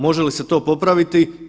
Može li se to popraviti?